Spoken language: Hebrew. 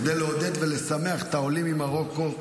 -- כדי לעודד ולשמח את העולים ממרוקו,